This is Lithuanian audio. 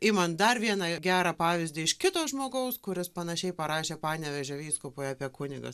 iman dar vieną gerą pavyzdį iš kito žmogaus kuris panašiai parašė panevėžio vyskupui apie kunigą